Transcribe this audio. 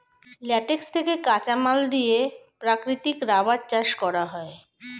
latex থেকে কাঁচামাল নিয়ে প্রাকৃতিক রাবার চাষ করা হয়